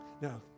Now